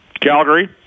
Calgary